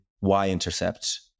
y-intercept